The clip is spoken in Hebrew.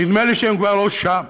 נדמה לי שהם כבר לא שם.